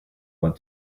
want